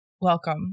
Welcome